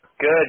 Good